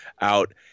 out